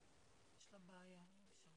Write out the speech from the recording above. משנה בכיר לנשיא הטכניון.